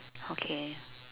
okay